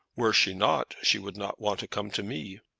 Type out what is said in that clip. were she not, she would not want to come to me.